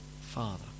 Father